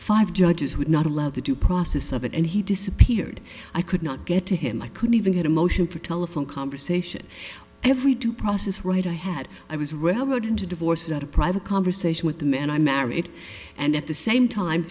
five judges would not allow the due process of it and he disappeared i could not get to him i couldn't even get a motion for telephone conversation every due process right i had i was railroaded into divorce at a private conversation with the man i married and at the same time